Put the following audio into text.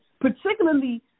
particularly